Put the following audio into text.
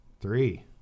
Three